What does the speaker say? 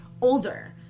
older